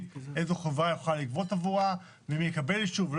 איזו חברה יכולה לגבות עבורה ומי יקבל אישור,